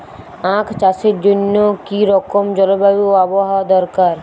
আখ চাষের জন্য কি রকম জলবায়ু ও আবহাওয়া দরকার?